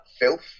Filth